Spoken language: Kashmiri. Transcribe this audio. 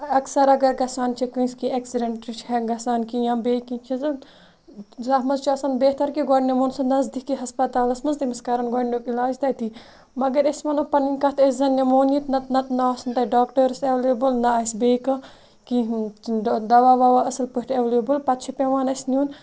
اَکثَر اَگَر گَژھان چھِ کٲنٛسہِ کِیٚنٛہہ ایٚکسیڈَنٹ چھِ گَژھان کیٚنٛہہ یا بیٚیہ کیٚنٛہہ چھِ آسان تَتھ منٛز چھِ آسان بِہتَر کہِ گۄڈٕ نِمہون سُہ نَزدیکی ہَسپَتالَس منٛز تٔمس کَرَن گۄڈٕنِیُک علاج تٔتی مَگَر أسہِ وَنو پَنٕنۍ کَتھ أسۍ زَن نِمہون یہِ نَتہِ نَتہِ نہٕ آسہِ نہٕ تَتہِ ڈاکٹٲرٕس ایٚولیبٕل نہٕ آسہِ بیٚیہ کانٛہہ کیٚنٛہہ دَوَہ وَوَہ اَصٕل پٲٹھۍ ایٚولیبٕل پَتہٕ چِھ پیٚوان اَسہِ نِیُن